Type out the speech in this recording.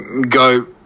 go